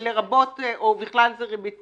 לרבות ובכלל זה ריבית פיגורים".